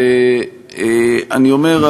ואני אומר,